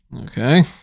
Okay